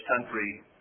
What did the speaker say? country